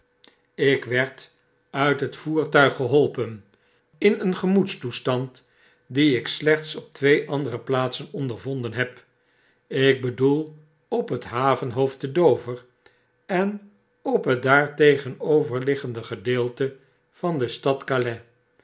ik werd uit het voertuig geholpen in een gemoedstoestand dien ik slechts op twee andere plaatsen ondervonden heb ik bedoel op het havenhoofd te dover en op het daartegenoverliggende gedeelte van de stad